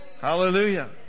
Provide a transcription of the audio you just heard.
Hallelujah